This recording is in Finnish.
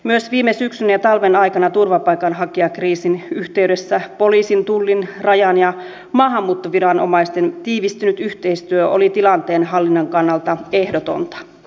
myös viime syksyn ja talven aikana turvapaikanhakijakriisin yhteydessä poliisin tullin rajan ja maahanmuuttoviranomaisten tiivistynyt yhteistyö oli tilanteen hallinnan kannalta ehdotonta